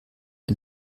den